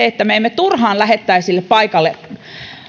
että me emme turhaan lähettäisi paikalle